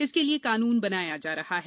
इसके लिए कानून बनाया जा रहा है